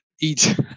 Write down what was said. eat